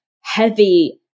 heavy